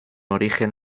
origen